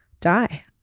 die